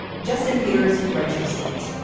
justin peters writes for slate.